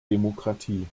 demokratie